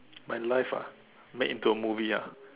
my life ah made into a movie ya